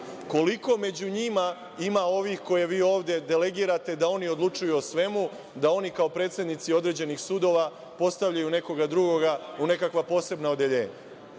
Koliko među njima ima ovih koje vi ovde delegirate da oni odlučuju o svemu, da oni kao predsednici određenih sudova postavljaju nekoga drugoga u nekakva posebna odeljenja?